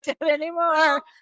anymore